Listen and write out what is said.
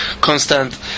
constant